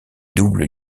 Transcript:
doubles